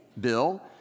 Bill